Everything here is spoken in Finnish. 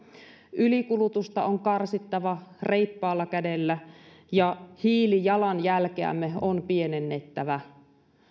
ylikulutusta on karsittava reippaalla kädellä ja hiilijalanjälkeämme on pienennettävä